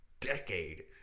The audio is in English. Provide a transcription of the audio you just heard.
decade